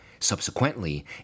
Subsequently